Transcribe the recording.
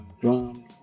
drums